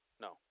no